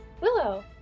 Willow